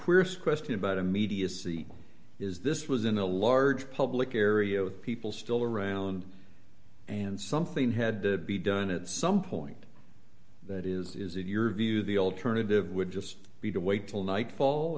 queerest question about immediacy is this was in a large public area with people still around and something had to be done at some point that is in your view the alternative would just be to wait till nightfall